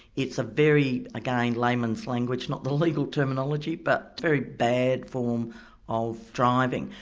it's a very again layman's language, not the legal terminology but very bad form of driving.